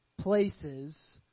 places